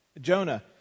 Jonah